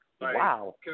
Wow